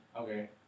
Okay